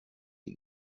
les